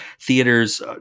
theaters